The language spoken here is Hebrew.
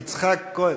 יצחק כהן.